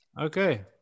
Okay